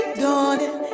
dawning